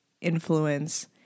influence